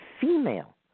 female